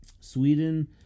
Sweden